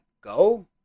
go